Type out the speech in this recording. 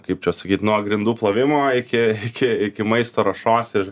kaip čia sakyt nuo grindų plovimo iki čia iki maisto ruošos ir